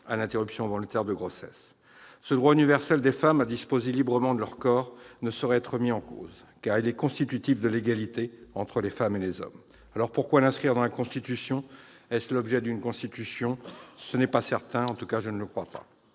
d'entrave à cette dernière. Ce droit universel des femmes à disposer librement de leur corps ne saurait être remis en cause, car il est constitutif de l'égalité entre les femmes et les hommes. Pourquoi, alors, l'inscrire dans la Constitution ? Est-ce l'objet d'une constitution ? Ce n'est pas certain ; en tout cas, je ne le crois pas.